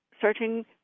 searching